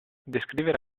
descrivere